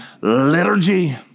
liturgy